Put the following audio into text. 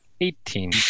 Eighteen